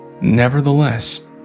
Nevertheless